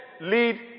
lead